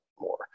more